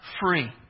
free